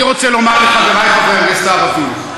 אני רוצה לומר לחברי חברי הכנסת הערבים.